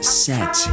set